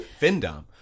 Findom